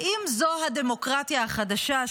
האם זאת הדמוקרטיה החדשה,